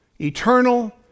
eternal